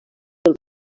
del